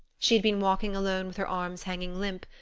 she had been walking alone with her arms hanging limp,